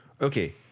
Okay